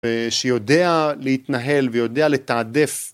אאה שיודע להתנהל ויודע לתעדף.